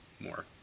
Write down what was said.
more